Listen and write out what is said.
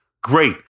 great